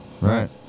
Right